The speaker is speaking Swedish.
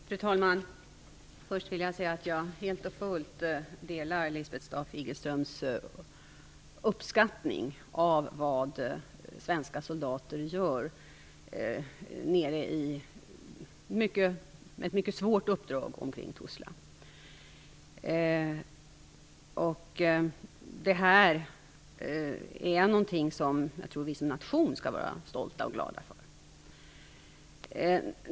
Fru talman! Först vill jag säga att jag helt och fullt delar Lisbeth Staaf-Igelströms uppskattning av vad svenska soldater gör på ett mycket svårt uppdrag i området omkring Tuzla. Det är någonting som vi som nation skall vara stolta och glada för.